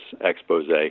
expose